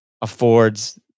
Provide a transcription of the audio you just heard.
affords